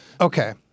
okay